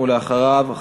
ואחריו,